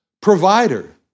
provider